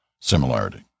similarity